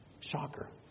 Shocker